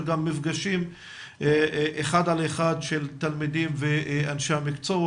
גם מפגשים של אחד על אחד של תלמידים ואנשי מקצוע,